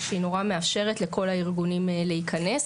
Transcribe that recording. שהיא נורא מאפשרת לכל הארגונים להיכנס.